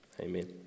Amen